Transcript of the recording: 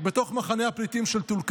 בתוך מחנה הפליטים של טול כרם,